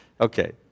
Okay